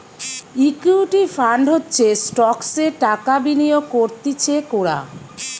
equity fund হচ্ছে স্টকসে টাকা বিনিয়োগ করতিছে কোরা